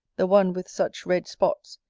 the one with such red spots,